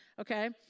Okay